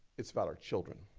it's about our children.